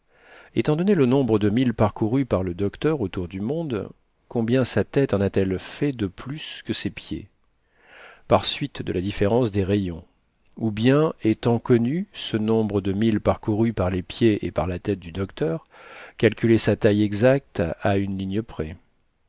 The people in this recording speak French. étant donné le nombre de milles parcourus par le docteur autour du monde combien sa tête en a-t-elle fait de plus que ses pieds par suite de la différence des rayons ou bien étant connu ce nombre de milles parcourus par les pieds et par la tête du docteur calculer sa taille exacte à une ligne près